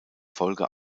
folge